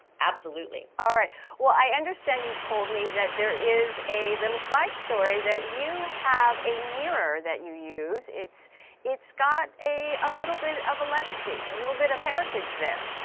absolutely. alright well i understand you told me that there is a little side story that you have a mirror that you use, it's it's got a a little bit of a legacy, a little bit of heritage there.